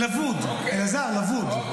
לבוד, אלעזר, לבוד.